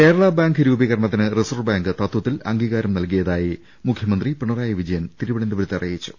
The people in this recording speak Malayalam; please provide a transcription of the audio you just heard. കേരളാ ബാങ്ക് രൂപീകരണത്തിന് റിസർവ് ബാങ്ക് തത്വത്തിൽ അംഗീകാരം നൽകിയതായി മുഖ്യമന്ത്രി പിണറായി വിജയൻ തിരുവനന്തപുരത്ത് അറിയിച്ചു